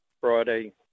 Friday